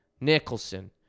Nicholson